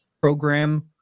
program